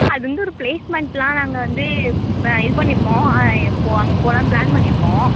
அது வந்து ஒரு பிளேஸ்மெண்டெலாம் நாங்கள் வந்து இது பண்ணியிருக்கோம் போ அங்கே போகலான்னு பிளான் பண்ணியிருக்கோம்